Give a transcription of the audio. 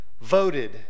voted